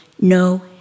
no